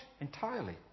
entirely